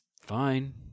fine